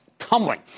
Tumbling